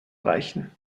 reichen